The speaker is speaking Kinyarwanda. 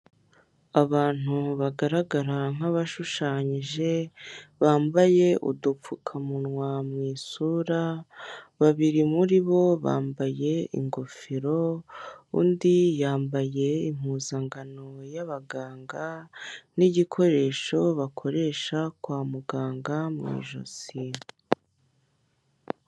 Abantu bagaragara nk'abashushanyije bambaye udupfukamunwa mu isura, babiri muri bo bambaye ingofero, undi yambaye impuzangano y'abaganga n'igikoresho bakoresha kwa muganga mu ijosi.